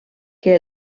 que